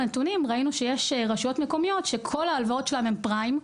הנתונים ראינו שיש רשויות מקומיות שכל ההלוואות שלהן הם פריים,